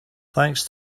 thanks